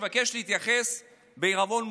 אבקש להתייחס בעירבון מוגבל.